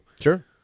Sure